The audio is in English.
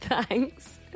thanks